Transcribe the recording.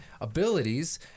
abilities